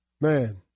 Man